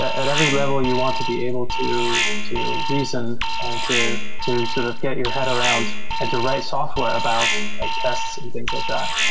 at every level, you want to be able to reason to reason to to sort of get your head around and to write software about like tests and things like that,